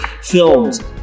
films